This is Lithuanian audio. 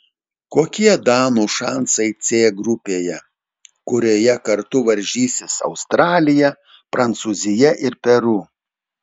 kokie danų šansai c grupėje kurioje kartu varžysis australija prancūzija ir peru